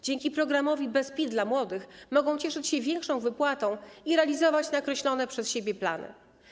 Dzięki programowi ˝Bez PIT dla młodych˝ mogą cieszyć się większą wypłatą i realizować nakreślone przez siebie plany.